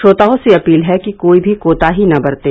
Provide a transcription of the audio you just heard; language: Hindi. श्रोताओं से अपील है कि कोई भी कोताही न बरतें